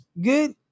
good